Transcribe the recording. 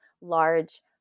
large